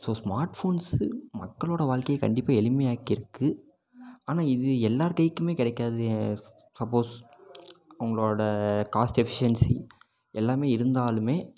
so smart phones மக்களோட வாழ்க்கையை கண்டிப்பாக எளிமையாக்கியிருக்கு ஆனால் இது எல்லாேர் கைக்குமே கிடைக்காது சப்போஸ் அவர்களோட காஸ்ட் எஃபிஷியன்சி எல்லாமே இருந்தாலுமே